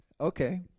Okay